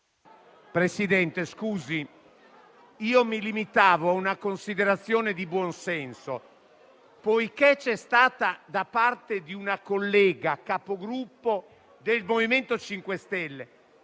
Presidente, scusi, mi limito ad una considerazione di buonsenso: poiché c'è stata da parte di una collega Capogruppo del MoVimento 5 Stelle